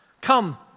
come